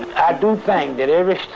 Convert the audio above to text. i don't think that.